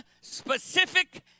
specific